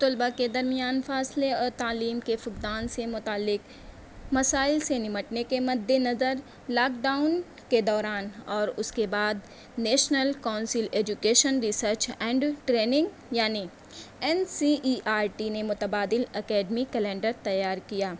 طلباء کے درمیان فاصلے اور تعلیم کے فقدان سے متعلق مسائل سے نمٹنے کے مدِ نظر لاک ڈاؤن کے دوران اور اُس کے بعد national council education research and training یعنی N C E R T نے متبادل اکیڈمی کلینڈر تیار کیا